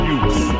use